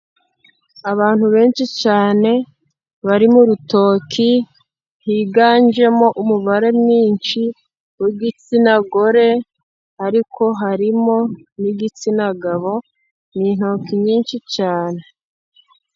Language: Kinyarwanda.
Abantu benshi cyane bari mu rutoki higanjemo umubare mwinshi w'igitsina gore ariko harimo n'igitsina gabo ni intoki nyinshi cyane.